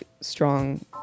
strong